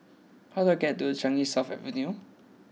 how I get to Changi South Avenue